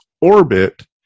orbit